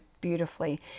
beautifully